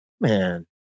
Man